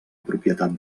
propietat